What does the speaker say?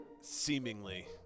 Seemingly